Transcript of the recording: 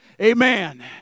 Amen